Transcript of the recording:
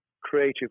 creative